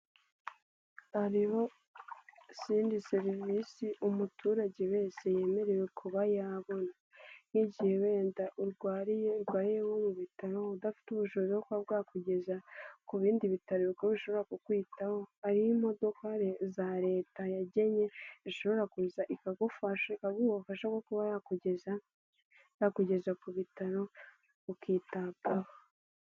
Hariho izindi serivisi umuturage wese yemerewe kuba yabona. NK'igihe wenda urwariye nko mu bitaro, udafite ubushobozi bwo kuba bwakugeza ku bindi bitaro bikuru bishobora kukwitaho, hari imodoka za Leta yagennye, ishobora kuza ikagufasha ikaguha ubufasha bwo kuba yakugeza ku bitaro ukitabwaho.